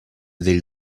del